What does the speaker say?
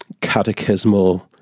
catechismal